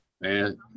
Man